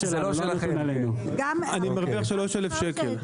אני מרוויח 3,000 שקלים.